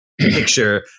picture